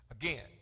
again